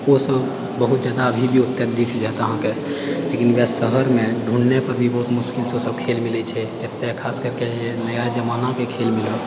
ओ सब बहुत जादा अभी भी ओतए दिख जाएत अहाँके लेकिन ओएह शहरमे ढूँढ़ने पर भी बहुत मुश्किलसँ ओसब खेल मिलैत छै एतए खास करके नया जमानाके खेल मिलत